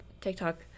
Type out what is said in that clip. TikTok